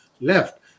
left